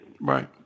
Right